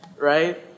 right